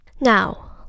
Now